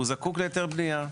הוא זקוק להיתר בנייה.